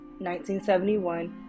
1971